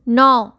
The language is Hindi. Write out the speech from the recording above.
नौ